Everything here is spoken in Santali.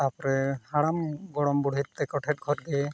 ᱛᱟᱯᱚᱨᱮ ᱦᱟᱲᱟᱢ ᱜᱚᱲᱚᱢ ᱵᱩᱲᱦᱤᱛ ᱛᱮᱠᱚ ᱴᱷᱮᱱ ᱠᱷᱚᱱᱜᱮ